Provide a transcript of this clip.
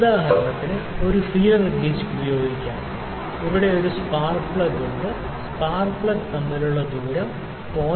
ഉദാഹരണത്തിന് feeler gauge ഉപയോഗിക്കാം ഇവിടെ ഒരു സ്പാർക്ക് പ്ലഗ് ഉണ്ട് സ്പാർക്ക് പ്ലഗ് തമ്മിലുള്ള ദൂരം 0